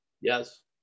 Yes